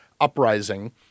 uprising